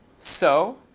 so